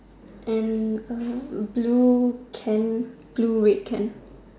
and a blue can blue red can